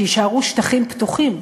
שיישארו שטחים פתוחים.